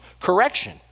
correction